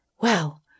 Well